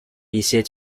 一些